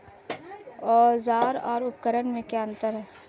औज़ार और उपकरण में क्या अंतर है?